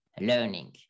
learning